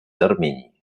армении